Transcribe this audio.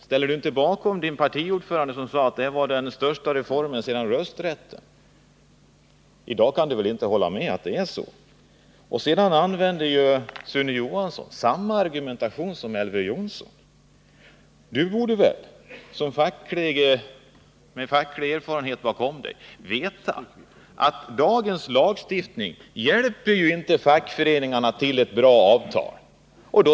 Ställer du dig inte bakom din partiordförande, som sade att MBL var den största reformen sedan rösträtten? I dag kan väl inte Sune Johansson hålla med om att det är så. Sedan använde Sune Johansson samma argumentation som Elver Jonsson. Men han borde väl med sin fackliga erfarenhet veta att dagens lagstiftning ju inte hjälper fackföreningarna till ett bra avtal.